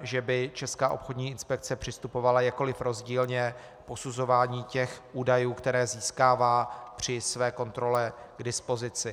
že by Česká obchodní inspekce přistupovala jakkoliv rozdílně k posuzování těch údajů, které získává při své kontrole k dispozici.